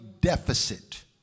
deficit